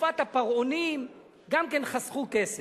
בתקופת הפרעונים גם כן חסכו כסף.